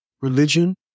religion